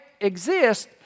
exist